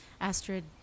Astrid